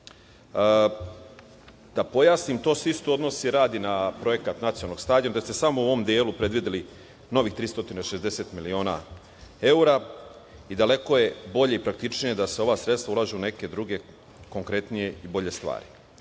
pojasnim to se isto odnosi, radi, na projekat nacionalnog stadiona gde ste samo u ovom delu predvideli novih 360 miliona evra i daleko je bolje i praktičnije da se ova sredstva ulažu u neke druge konkretnije i bolje stvari. Ne